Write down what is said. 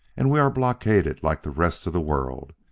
and we are blockaded like the rest of the world.